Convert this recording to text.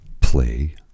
play